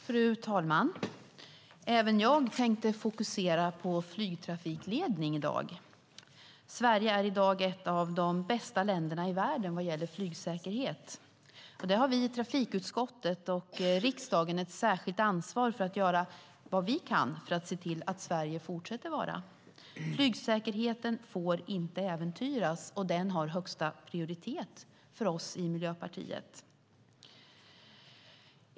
Fru talman! Även jag tänkte i dag fokusera på flygtrafikledning. Sverige är i dag ett av de bästa länderna i världen vad gäller flygsäkerhet. Vi i trafikutskottet och riksdagen ett särskilt ansvar för att göra vad vi kan för att se till att Sverige fortsätter att vara det. Flygsäkerheten får inte äventyras. Den har högsta prioritet för oss i Miljöpartiet.